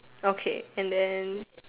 okay and then